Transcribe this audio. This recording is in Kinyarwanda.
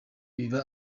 biba